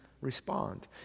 Respond